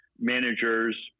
managers